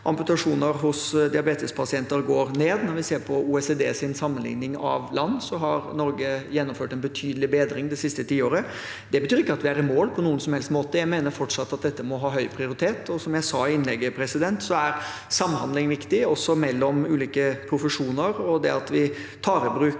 amputasjoner hos diabetespasienter går ned. Når vi ser på OECDs sammenligning av land, har Norge hatt en betydelig bedring det siste tiåret. Det betyr ikke at vi er i mål, på noen som helst måte. Jeg mener fortsatt at dette må ha høy prioritet. Som jeg sa i innlegget, er samhandling viktig, også mellom ulike profesjoner. At vi tar i bruk